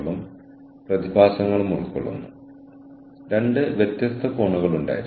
കോളനിയിലെ ഒരാൾക്കോ അല്ലെങ്കിൽ രണ്ടുപേർക്കോ ഫോൺ ഉണ്ടായിരുന്നു